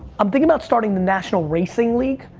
i'm thinking about starting the national racing league,